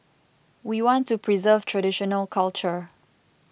we want to preserve traditional culture